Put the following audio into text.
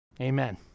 Amen